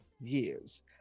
years